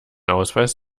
ausweis